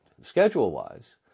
Schedule-wise